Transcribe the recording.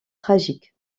tragique